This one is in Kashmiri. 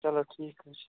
چَلو ٹھیٖک حظ چھُ